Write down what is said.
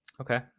Okay